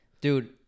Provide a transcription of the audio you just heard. Dude